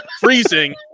freezing